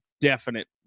definite